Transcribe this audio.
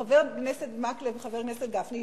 חבר הכנסת מקלב וחבר הכנסת גפני,